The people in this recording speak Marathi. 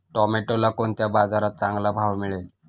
टोमॅटोला कोणत्या बाजारात चांगला भाव मिळेल?